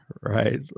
right